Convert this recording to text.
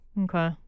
Okay